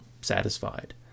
satisfied